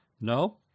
No